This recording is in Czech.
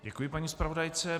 Děkuji paní zpravodajce.